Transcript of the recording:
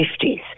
50s